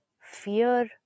fear